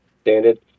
standard